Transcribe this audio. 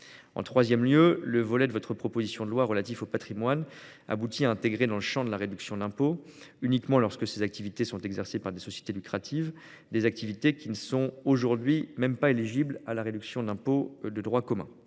En troisième lieu, le volet de votre proposition de loi relatif au patrimoine aboutit à intégrer dans le champ de la réduction d'impôt, uniquement lorsque ces activités sont exercées par des sociétés lucratives, des activités qui ne sont aujourd'hui même pas éligibles à la réduction d'impôt de droit commun.